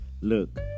Look